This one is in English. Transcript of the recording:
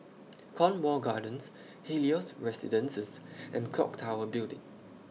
Cornwall Gardens Helios Residences and Clock Tower Building